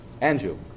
Andrew